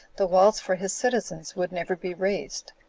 the walls for his citizens would never be raised.